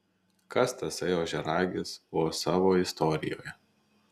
kas tasai ožiaragis buvo savo istorijoje